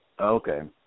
Okay